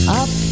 up